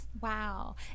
Wow